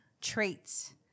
traits